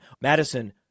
Madison